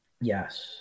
Yes